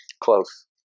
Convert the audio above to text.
Close